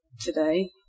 today